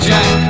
Jack